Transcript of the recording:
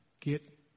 Get